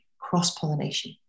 cross-pollination